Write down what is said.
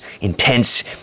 intense